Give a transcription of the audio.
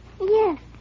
Yes